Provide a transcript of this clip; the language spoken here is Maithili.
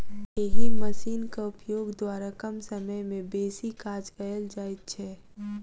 एहि मशीनक उपयोग द्वारा कम समय मे बेसी काज कयल जाइत छै